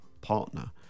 partner